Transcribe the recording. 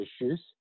issues